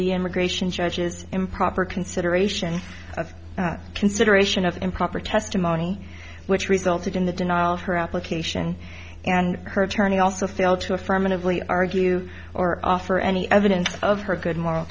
the immigration judges improper consideration of consideration of improper testimony which resulted in the denial of her application and her attorney also fail to affirmatively argue or offer any evidence of her good moral